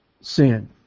sin